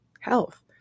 health